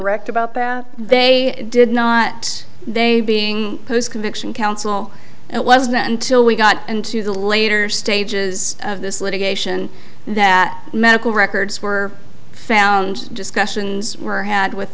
wrecked about that they did not they being post conviction counsel and it wasn't until we got into the later stages of this litigation that medical records were found discussions were had with